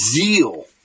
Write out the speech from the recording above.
zeal